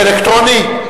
אלקטרוני?